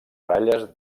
baralles